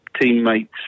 teammates